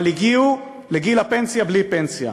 אבל הגיעו לגיל הפנסיה בלי פנסיה.